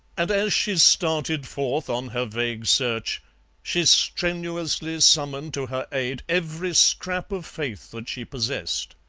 and as she started forth on her vague search she strenuously summoned to her aid every scrap of faith that she possessed.